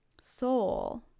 soul